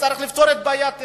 צריך לפתור את בעיית "תפרון",